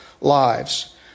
lives